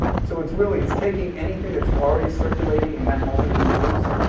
so it's really it's taking anything that's already circulating in that moment in the news,